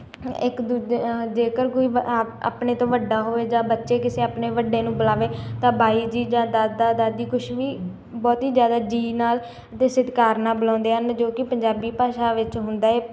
ਇੱਕ ਦੂਜੇ ਜੇਕਰ ਕੋਈ ਵ ਆ ਆਪਣੇ ਤੋਂ ਵੱਡਾ ਹੋਵੇ ਜਾਂ ਬੱਚੇ ਕਿਸੇ ਆਪਣੇ ਵੱਡੇ ਨੂੰ ਬੁਲਾਵੇ ਤਾਂ ਬਾਈ ਜੀ ਜਾਂ ਦਾਦਾ ਦਾਦੀ ਕੁਛ ਵੀ ਬਹੁਤ ਹੀ ਜ਼ਿਆਦਾ ਜੀ ਨਾਲ ਅਤੇ ਸਤਿਕਾਰ ਨਾਲ ਬੁਲਾਉਂਦੇ ਹਨ ਜੋ ਕਿ ਪੰਜਾਬੀ ਭਾਸ਼ਾ ਵਿੱਚ ਹੁੰਦਾ ਹੈ